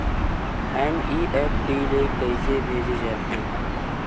NEFT ले कइसे भेजे जाथे?